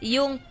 Yung